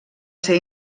ser